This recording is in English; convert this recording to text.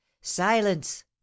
silence